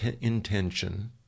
intention